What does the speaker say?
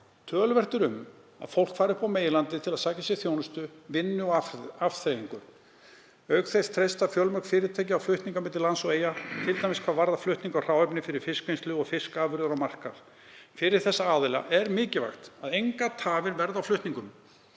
Töluvert er um að fólk fari upp á meginlandið til að sækja sér þjónustu, vinnu og afþreyingu. Auk þess treysta fjölmörg fyrirtæki á flutninga milli lands og Eyja, t.d. hvað varðar flutning á hráefni fyrir fiskvinnslu og fiskafurðir á markað. Fyrir þessa aðila er mikilvægt að engar tafir verði á flutningum.